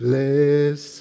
Bless